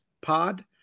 Pod